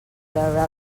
veure